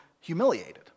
humiliated